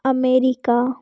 America